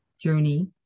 journey